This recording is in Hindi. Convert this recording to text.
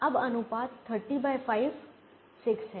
अब अनुपात 305 6 हैं